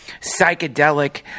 psychedelic